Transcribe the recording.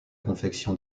confection